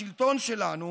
השלטון שלנו,